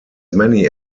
many